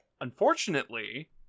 Unfortunately